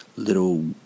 little